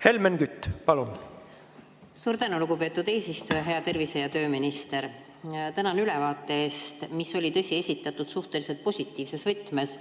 suuremad. Suur tänu, lugupeetud eesistuja! Hea tervise‑ ja tööminister! Tänan ülevaate eest, mis oli, tõsi, esitatud suhteliselt positiivses võtmes